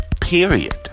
period